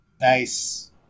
Nice